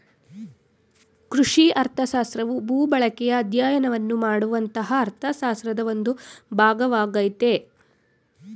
ಕೃಷಿ ಅರ್ಥಶಾಸ್ತ್ರವು ಭೂಬಳಕೆಯ ಅಧ್ಯಯನವನ್ನು ಮಾಡುವಂತಹ ಅರ್ಥಶಾಸ್ತ್ರದ ಒಂದು ಭಾಗವಾಗಯ್ತೆ